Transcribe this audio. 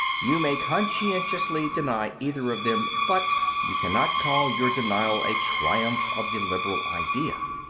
you may conscientiously deny either of them, but you cannot call your denial a triumph of the liberal idea.